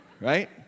right